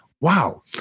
Wow